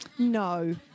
No